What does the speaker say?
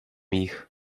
ich